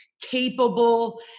capable